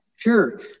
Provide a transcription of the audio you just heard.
Sure